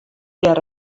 der